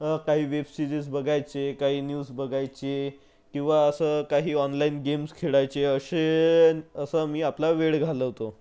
काही web series बघायचे काही न्यूज बघायचे किंवा असं काही ऑनलाईन गेम्स खेळायचे असे असा मी आपला वेळ घालवतो